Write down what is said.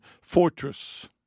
fortress